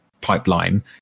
pipeline